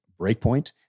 Breakpoint